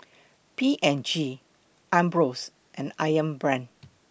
P and G Ambros and Ayam Brand